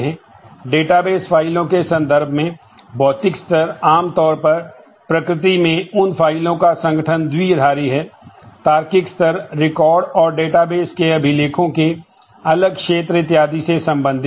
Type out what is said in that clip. तो ये तीन स्तर एक डेटाबेस के अभिलेखों के अलग क्षेत्र इत्यादि से संबंधित है